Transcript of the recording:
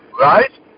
Right